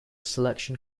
selection